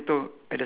K